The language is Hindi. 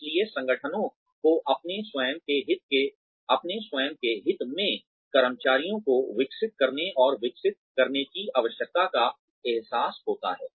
इसलिए संगठनों को अपने स्वयं के हित में कर्मचारियों को विकसित करने और विकसित करने की आवश्यकता का एहसास होता है